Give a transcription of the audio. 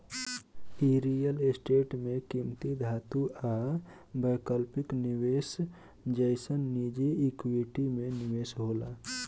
इ real estate में किमती धातु आ वैकल्पिक निवेश जइसन निजी इक्विटी में निवेश होला